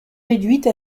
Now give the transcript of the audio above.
réduite